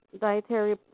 dietary